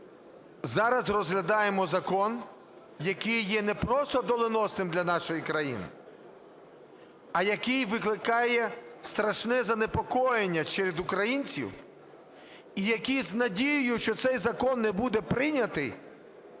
зараз розглядаємо закон, який є не просто доленосним для нашої країни, а який викликає страшне занепокоєння серед українців, і які з надією, що цей закон не буде прийнятий,